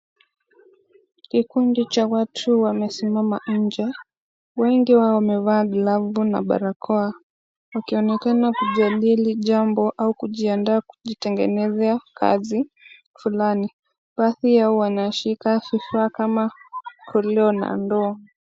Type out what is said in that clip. Kikundi cha watu wamesimama nje. Wengi wao wamevaa glavu na barakoa, wakionekana kujadili jambo au kujiandaa kujitengenezea kazi fulani. Baadhi yao wanashika kifaa kama koloo na ndoo.